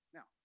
Now